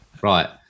Right